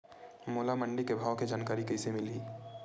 मोला मंडी के भाव के जानकारी कइसे मिलही?